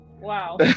Wow